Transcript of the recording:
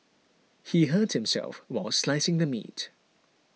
he hurt himself while slicing the meat